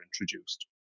introduced